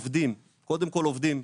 קודם כל עובדים.